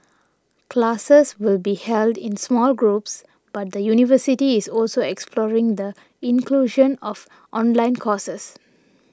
classes will be held in small groups but the university is also exploring the inclusion of online courses